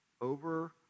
Over